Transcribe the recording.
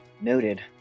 Noted